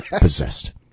Possessed